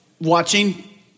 watching